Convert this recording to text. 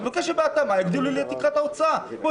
אני מבקש שבהתאמה יגדילו לי את תקרת ההוצאה.